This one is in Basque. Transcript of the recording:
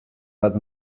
bat